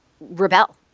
rebel